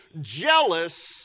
jealous